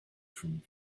from